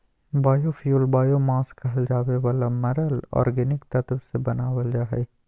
biofuel biomass कहल जावे वाला मरल ऑर्गेनिक तत्व से बनावल जा हइ